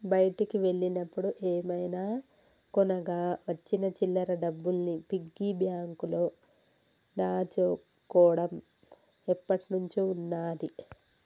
బయటికి వెళ్ళినప్పుడు ఏమైనా కొనగా వచ్చిన చిల్లర డబ్బుల్ని పిగ్గీ బ్యాంకులో దాచుకోడం ఎప్పట్నుంచో ఉన్నాది